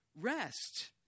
rest